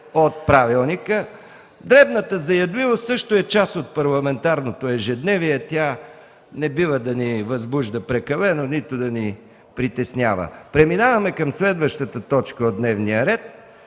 от правилника. Дребната заядливост също е част от парламентарното ежедневие – тя не бива да ни възбужда прекалено, нито да ни притеснява. Преминаваме към следващата точка от дневния ред: